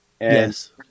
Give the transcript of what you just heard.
Yes